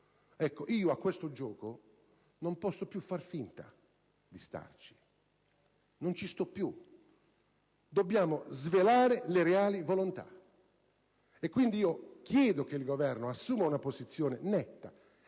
giro. Io a questo gioco non posso più far finta di starci e dunque non ci sto più. È necessario svelare le reali volontà. Quindi, chiedo che il Governo assuma una posizione netta,